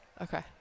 Okay